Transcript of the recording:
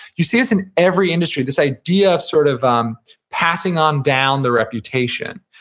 you see this in every industry, this idea of sort of um passing on down the reputation,